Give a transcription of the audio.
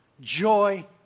joy